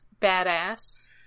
badass